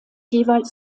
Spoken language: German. jeweils